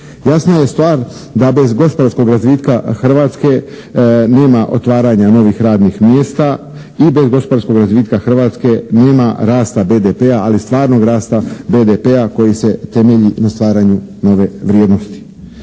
Jasna je stvar da bez gospodarskog razvitka Hrvatske nema otvaranja novih radnih mjesta i bez gospodarskog razvitka Hrvatske nema rasta BDP-a ali stvarnog rasta BDP-a koji se temelji nas stvaranju nove vrijednosti.